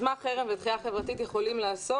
מה חרם ודחייה חברתית יכולים לעשות.